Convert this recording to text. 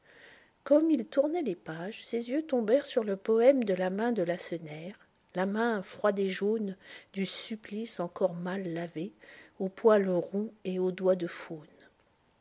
gomme il tournait les pages ses yeux tombèrent sur le poème de la main de lacenaire la main froide et jaune du supplice encore mal lavée aux poils roux et aux doigts de faune